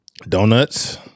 donuts